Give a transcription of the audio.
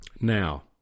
Now